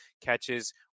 catches